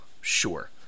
Sure